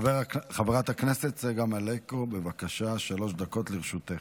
חברת הכנסת צקה מלקו, בבקשה, שלוש דקות לרשותך.